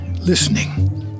listening